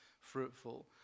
fruitful